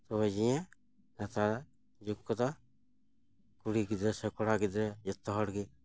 ᱛᱚᱵᱮ ᱡᱤᱸᱭᱮ ᱱᱮᱛᱟᱨ ᱡᱩᱜᱽ ᱠᱚᱫᱚ ᱠᱩᱲᱤ ᱜᱤᱫᱽᱨᱟᱹ ᱥᱮ ᱠᱚᱲᱟ ᱜᱤᱫᱽᱨᱟᱹ ᱡᱚᱛᱚ ᱦᱚᱲ ᱜᱮ